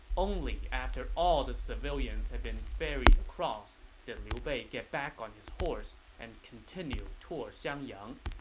only after all the civilians had been ferried across did liu bei get back on his horse and continue toward xiangyang